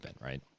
right